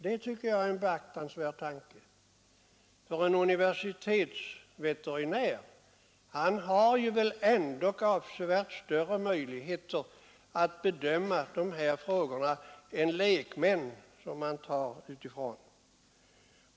Det tycker jag är en beaktansvärd tanke, för en universitetsveterinär skulle väl ha avsevärt större möjligheter att bedöma dessa frågor än lekmän i övrigt.